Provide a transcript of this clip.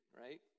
right